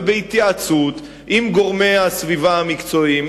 ובהתייעצות עם גורמי הסביבה המקצועיים,